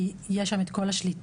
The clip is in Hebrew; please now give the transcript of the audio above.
כי יש שם את כל השליטה.